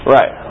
Right